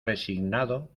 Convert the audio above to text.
resignado